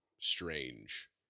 strange